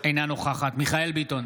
אינה נוכחת מיכאל מרדכי ביטון,